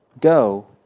Go